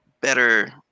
better